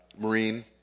Marine